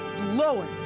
blowing